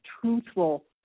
truthful